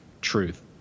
truth